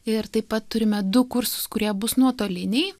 ir taip pat turime du kursus kurie bus nuotoliniai